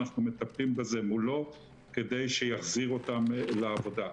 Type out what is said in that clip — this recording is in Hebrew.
ואנחנו מטפלים בזה מולו כדי שיחזיר אותם לעבודה.